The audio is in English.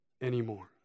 anymore